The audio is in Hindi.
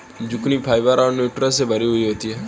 जुकिनी फाइबर और न्यूट्रिशंस से भरी हुई होती है